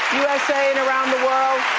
usa and around the world.